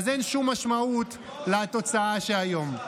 אז אין שום משמעות לתוצאה של היום.